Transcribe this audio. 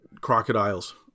crocodiles